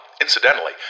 Incidentally